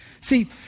See